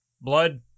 blood